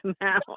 now